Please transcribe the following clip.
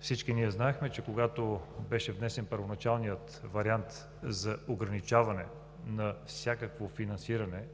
Всички ние знаехме, че когато беше внесен първоначалният вариант за ограничаване на всякакво финансиране,